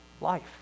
life